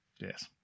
yes